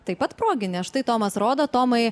taip pat proginė štai tomas rodo tomai